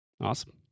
awesome